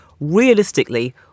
realistically